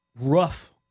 rough